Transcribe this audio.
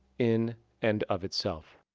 in and of itself.